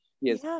Yes